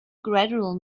gradual